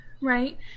right